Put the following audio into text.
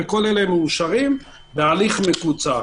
וכל אלה מאושרים בהליך מקוצר